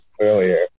earlier